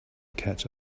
catch